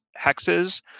hexes